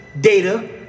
data